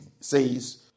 says